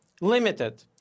limited